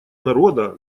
народа